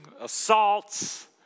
assaults